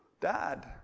dad